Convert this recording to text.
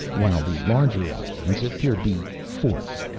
while the larger islands appear to be forts,